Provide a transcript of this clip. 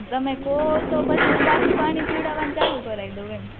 તમે કો તો હું પછી પાછું પાણી પીવડાવાનું ચાલુ કરાઈ દઉં એમ